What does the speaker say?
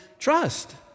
Trust